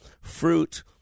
fruit